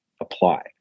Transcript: apply